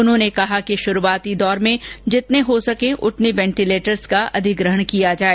उन्होंने कहा कि शुरुआती दौर पर जितने हो सके उतने वेंटिलेटर्स का अधिग्रहण किया जाए